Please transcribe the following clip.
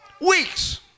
Weeks